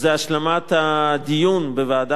השלמת הדיון בוועדת החינוך,